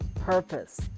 Purpose